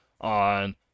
on